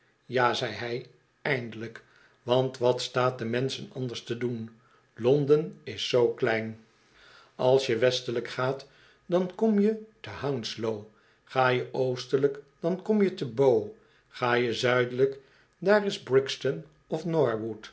ja zei hij eindelijk want wat staat den mensch anders te doen londen is zoo klein als je westelijk gaat dan kom je te hounslow ga je oostelijk dan kom je te bow ga je zuidelijk daar is brixton of